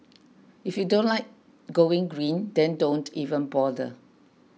if you don't like going green then don't even bother